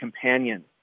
companion